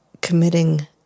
committing